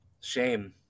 Shame